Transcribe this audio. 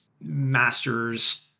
masters